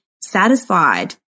satisfied